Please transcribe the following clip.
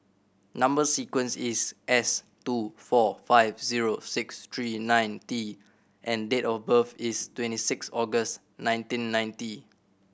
number sequence is S two four five zero six three nine T and date of birth is twenty six August nineteen ninety